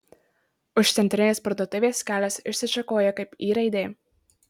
už centrinės parduotuvės kelias išsišakoja kaip y raidė